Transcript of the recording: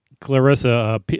Clarissa